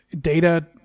Data